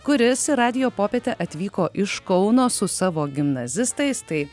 kuris į radijo popietę atvyko iš kauno su savo gimnazistais tai